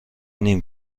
نیم